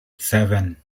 seven